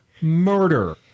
murder